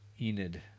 Enid